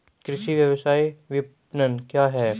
कृषि व्यवसाय विपणन क्या है?